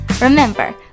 Remember